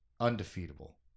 undefeatable